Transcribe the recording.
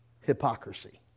hypocrisy